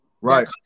right